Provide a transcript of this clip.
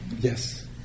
Yes